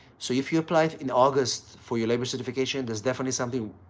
so, if you applied in august for your labor certification, there's definitely something,